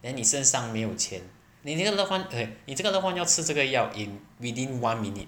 then 你身上没有钱呢这个乐翻你这样的话你要吃这个要 in within one minute